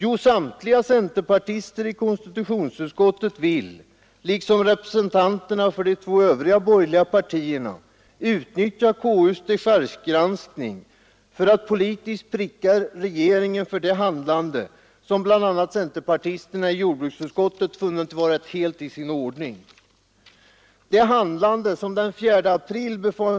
Jo, samtliga centerpartister i konstitutionsutskottet vill, liksom representanterna för de två övriga borgerliga partierna, utnyttja KU:s dechargegranskning för att politiskt pricka regeringen för det handlande som bland andra centerpartisterna i jordbruksutskottet funnit vara helt i sin ordning. Det handlande som den 4 april